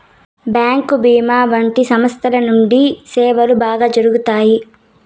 bank భీమా వంటి సంస్థల గుండా సేవలు బాగా జరుగుతాయి